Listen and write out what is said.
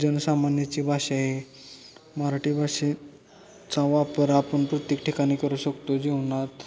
जनसामान्याची भाषा आहे मराठी भाषेचा वापर आपण प्रत्येक ठिकाणी करू शकतो जीवनात